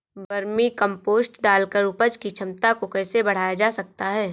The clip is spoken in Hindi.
वर्मी कम्पोस्ट डालकर उपज की क्षमता को कैसे बढ़ाया जा सकता है?